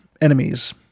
enemies